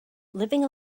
living